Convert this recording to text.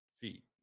feet